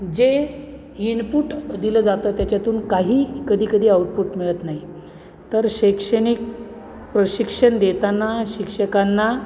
जे इनपुट दिलं जातं त्याच्यातून काही कधीकधी आउटपुट मिळत नाही तर शैक्षणिक प्रशिक्षण देताना शिक्षकांना